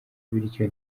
bityo